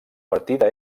partida